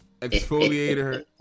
exfoliator